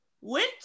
went